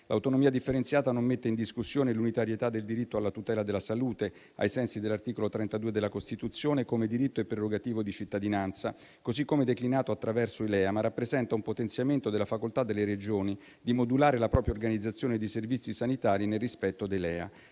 L'autonomia differenziata non mette in discussione l'unitarietà del diritto alla tutela della salute, ai sensi dell'articolo 32 della Costituzione, come diritto e prerogativa di cittadinanza, così come declinato attraverso i LEA, ma rappresenta un potenziamento della facoltà delle Regioni di modulare la propria organizzazione dei servizi sanitari nel rispetto dei LEA,